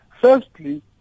Firstly